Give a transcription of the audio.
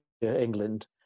England